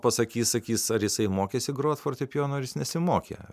pasakys sakys ar jisai mokėsi grot fortepijonu ar jis nesimokė